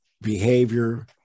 behavior